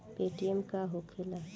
Paytm का होखेला?